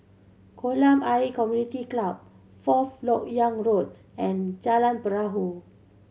Kolam Ayer Community Club Fourth Lok Yang Road and Jalan Perahu